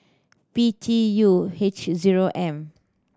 P T U H zero M